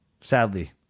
sadly